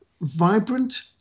vibrant